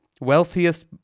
wealthiest